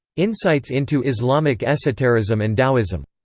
insights into islamic esoterism and taoism.